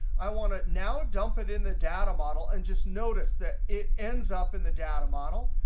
i want to now dump it in the data model and just notice that it ends up in the data model.